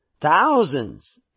Thousands